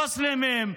מוסלמים,